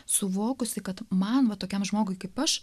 suvokusi kad man tokiam žmogui kaip aš